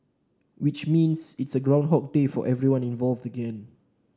which means it is groundhog day for everyone involved again